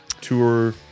tour